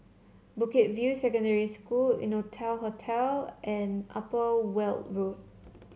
Bukit View Secondary School Innotel Hotel and Upper Weld Road